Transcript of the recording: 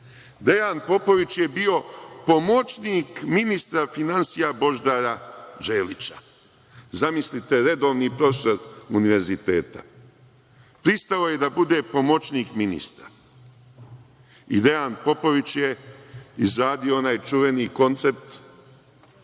Dejan Popović je bio pomoćnik ministra finansija Božidara Đelića, zamislite, redovni profesor univerziteta. Pristao je da bude pomoćnik ministra. Dejan Popović je izradio onaj čuveni koncept